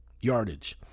yardage